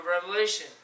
Revelation